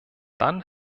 dann